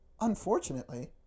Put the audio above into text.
unfortunately